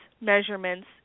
measurements